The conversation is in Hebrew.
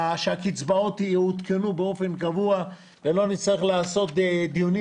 שהקצבאות יעודכנו באופן קבוע ולא נצטרך לערוך דיונים